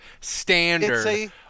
standard